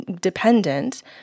dependent